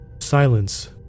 Silence